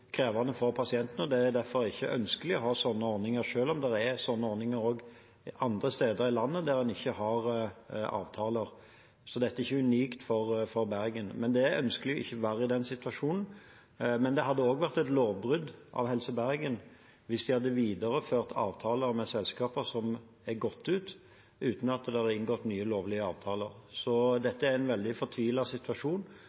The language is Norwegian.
krevende for pasientene. Det er derfor ikke ønskelig å ha sånne ordninger, selv om det er slik også andre steder i landet, der en ikke har avtaler. Så dette er ikke unikt for Bergen. Det er ikke ønskelig å være i denne situasjonen, men det hadde også vært et lovbrudd av Helse Bergen hvis de hadde videreført avtaler med selskaper – avtaler som har gått ut – uten at det er inngått nye lovlige avtaler. Så